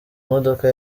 modoka